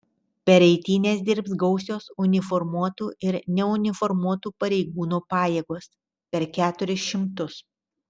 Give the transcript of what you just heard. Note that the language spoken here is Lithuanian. per eitynes dirbs gausios uniformuotų ir neuniformuotų pareigūnų pajėgos per keturis šimtus